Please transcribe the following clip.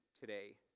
today